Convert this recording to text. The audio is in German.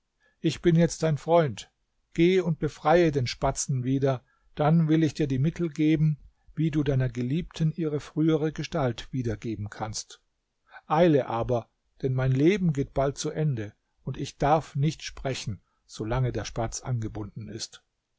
ich bin jetzt dein freund geh und befreie den spatzen wieder dann will ich dir die mittel angeben wie du deiner geliebten ihre frühere gestalt wieder geben kannst eile aber denn mein leben geht bald zu ende und ich darf nicht sprechen so lange der spatz angebunden ist